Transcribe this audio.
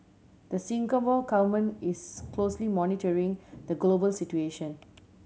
the Singapore Government is closely monitoring the global situation